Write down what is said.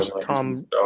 Tom